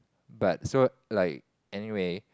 but so like anyway